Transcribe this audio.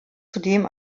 zudem